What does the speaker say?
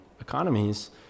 economies